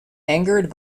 angered